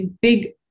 big